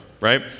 right